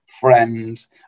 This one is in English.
friends